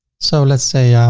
so let's say um